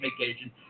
vacation